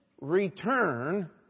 return